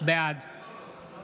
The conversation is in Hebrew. בעד